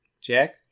Jack